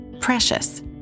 precious